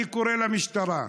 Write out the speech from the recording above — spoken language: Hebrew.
אני קורא למשטרה,